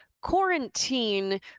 quarantine